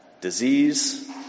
disease